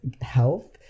health